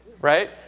right